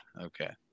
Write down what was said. okay